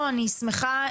ייצאו.